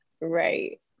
Right